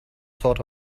sort